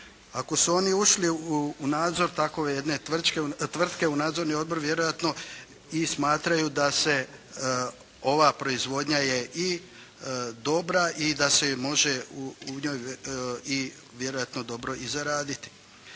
Ako su oni ušli u nadzor takove jedne tvrtke u nadzorni odbor, vjerojatno i smatraju da se ova proizvodnja je dobra i da se može u njoj vjerojatno dobro i zaraditi.